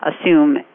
assume